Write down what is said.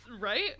Right